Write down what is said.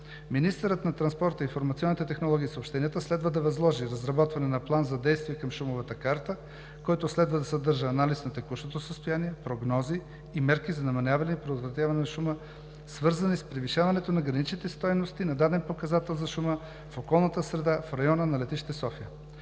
Министърът на транспорта, информационните технологии и съобщенията следва да възложи разработване на план за действие към шумовата карта, който следва да съдържа анализ на текущото състояние, прогнози и мерки за намаляване и предотвратяване на шума, свързани с превишаването на граничните стойности на даден показател за шума в околната среда в района на летище София.